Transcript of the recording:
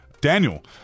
Daniel